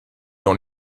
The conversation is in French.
dans